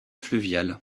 fluviale